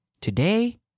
Today